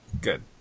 good